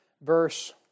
verse